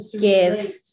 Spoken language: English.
give